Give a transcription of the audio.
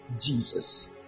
Jesus